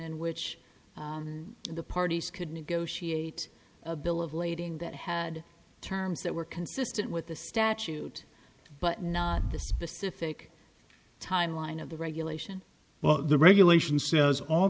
in which the parties could negotiate a bill of lading that had terms that were consistent with the statute but not the specific timeline of the regulation well the regulation says all